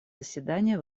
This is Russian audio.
заседания